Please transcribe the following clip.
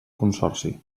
consorci